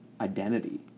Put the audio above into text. identity